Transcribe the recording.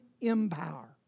empower